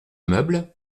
meuble